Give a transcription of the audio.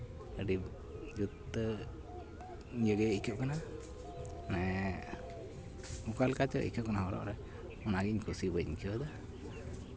ᱟᱹᱰᱤ ᱡᱩᱛᱟᱹ ᱤᱭᱟᱹᱜᱮ ᱟᱹᱭᱠᱟᱹᱜ ᱠᱟᱱᱟ ᱢᱟᱱᱮ ᱚᱠᱟ ᱞᱮᱠᱟ ᱪᱚᱝ ᱟᱹᱭᱠᱟᱹᱜ ᱠᱟᱱᱟ ᱦᱚᱨᱚᱜ ᱨᱮ ᱚᱱᱟᱜᱮ ᱠᱩᱥᱤ ᱵᱟᱹᱧ ᱵᱩᱡᱷᱟᱣᱮᱫᱟ